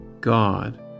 God